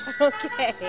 Okay